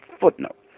footnote